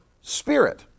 spirit